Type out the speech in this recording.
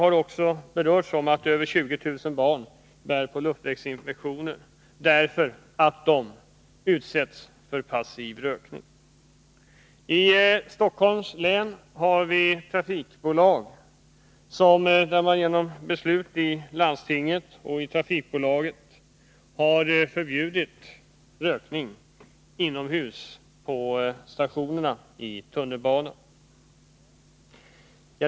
Det har också sagts tidigare att över 20000 barn bär på luftvägsinfektioner därför att de utsätts för passiv rökning. I Stockholms län har, genom beslut i landstinget och i det berörda trafikbolaget, förbjudits rökning inomhus på stationerna i tunnelbanan.